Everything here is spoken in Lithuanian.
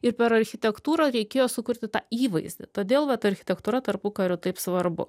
ir per architektūrą reikėjo sukurti tą įvaizdį todėl vat architektūra tarpukariu taip svarbu